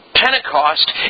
Pentecost